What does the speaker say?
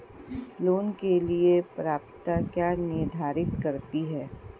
ऋण के लिए पात्रता क्या निर्धारित करती है?